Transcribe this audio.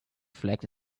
flagged